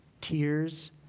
tears